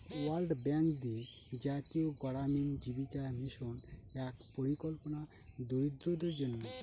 world bank দিয়ে জাতীয় গড়ামিন জীবিকা মিশন এক পরিকল্পনা দরিদ্রদের জন্য